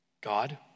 God